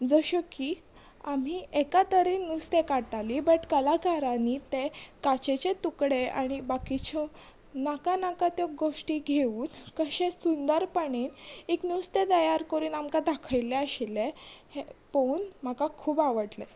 जश्यो की आम्ही एका तरेन नुस्तें काडटालीं बट कलाकारांनी तें काचेचे तुकडे आनी बाकिच्यो नाका नाका त्यो गोश्टी घेवून कशें सुंदरपणेन एक नुस्तें तयार कोरून आमकां दाखयल्लें आशिल्लें हें पोवून म्हाका खूब आवडटलें